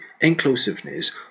inclusiveness